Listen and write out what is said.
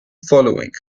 following